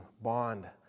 bond